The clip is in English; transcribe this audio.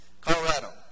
Colorado